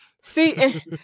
See